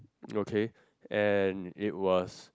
okay and it was